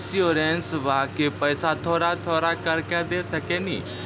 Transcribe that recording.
इंश्योरेंसबा के पैसा थोड़ा थोड़ा करके दे सकेनी?